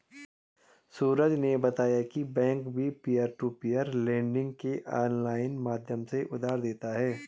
सूरज ने बताया की बैंक भी पियर टू पियर लेडिंग के ऑनलाइन माध्यम से उधार देते हैं